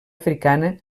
africana